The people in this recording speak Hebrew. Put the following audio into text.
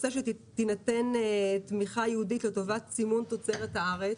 תינתן תמיכה ייעודית לטובת סימון תוצרת הארץ.